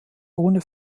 ohne